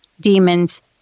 demons